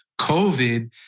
COVID